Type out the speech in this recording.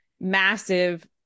massive